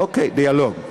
אוקיי, דיאלוג.